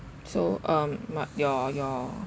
so um not your your